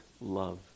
love